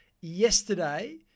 yesterday